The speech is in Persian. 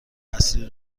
اصلی